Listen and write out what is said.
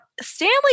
Stanley